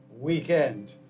Weekend